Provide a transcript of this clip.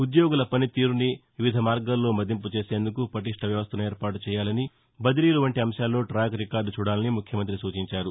ఉద్యోగుల పనితీరుని వివిధ మార్గాల్లో మదింపు చేసేందుకు పటిష్ట వ్యవస్టను ఏర్పాటు చేయాలని బదిలీలు వంటి అంశాల్లో టాక్రికార్లు చూడాలని ముఖ్యమంతి సూచించారు